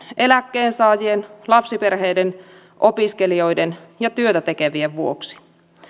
eläkkeensaajien lapsiperheiden opiskelijoiden ja työtä tekevien vuoksi